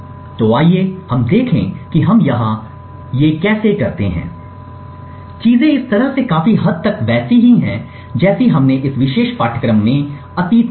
तो आइए हम देखें कि हम यहां से कैसे करते हैं चीजें इस तरह से काफी हद तक वैसी ही हैं जैसी हमने इस विशेष पाठ्यक्रम में अतीत में की हैं